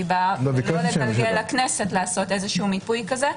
מיפוי כזה.